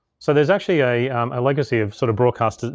so there's actually a legacy of sort of broadcaster,